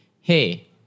hey